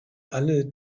alle